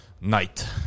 night